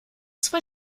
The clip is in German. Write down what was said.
zwei